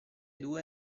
due